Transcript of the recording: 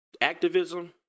activism